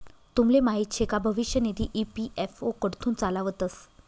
तुमले माहीत शे का भविष्य निधी ई.पी.एफ.ओ कडथून चालावतंस